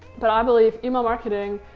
but i believe email marketing,